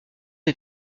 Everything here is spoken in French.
est